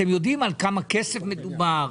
אתם יודעים על כמה כסף מדובר?